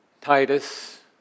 Titus